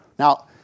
Now